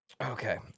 Okay